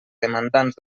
demandants